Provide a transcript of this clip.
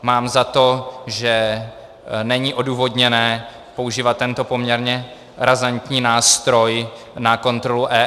Mám za to, že není odůvodněné používat tento poměrně razantní nástroj na kontrolu EET.